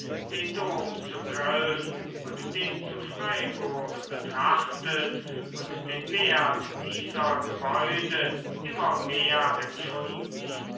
den dom zu köln und den zu freiburg betrachtet und den wert dieser gebäude immer mehr empfunden